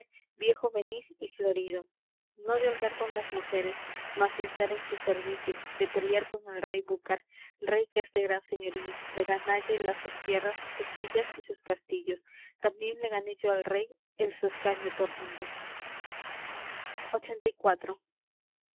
viejo venís y florido no de holgar con las mujeres mas de andar en tu servicio de pelear con el rey búcar rey ques de gran señorío de ganalle las sus tierras sus villas y sus castillos también le gané yo al rey el su escaño tornido